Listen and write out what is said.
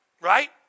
Right